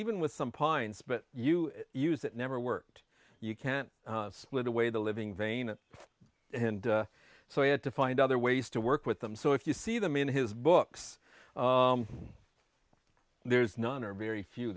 even with some pines but you use it never worked you can't split away the living vein and so i had to find other ways to work with them so if you see them in his books there's none or very few